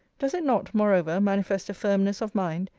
does it not, moreover, manifest a firmness of mind,